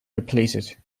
depleted